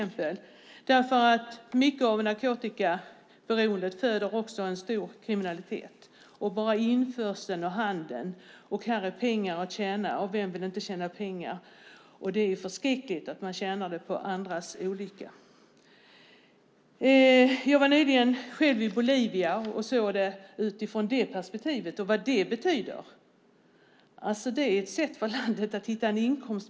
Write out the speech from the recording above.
Mycket av narkotikaberoendet föder en stor kriminalitet i fråga om införsel och handel. Här finns pengar att tjäna. Och vem vill inte tjäna pengar? Det är förskräckligt att man tjänar pengar på andras olycka. Jag var nyligen i Bolivia och såg detta ur deras perspektiv och vad det betyder. Det är ett sätt för landet att hitta inkomster.